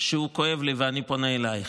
שהוא כואב לי, ואני פונה אלייך.